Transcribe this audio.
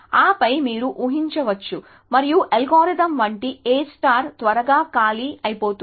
ఆపై మీరు ఉహించవచ్చు మరియు అల్గోరిథం వంటి A త్వరగా ఖాళీ అయిపోతుంది